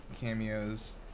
cameos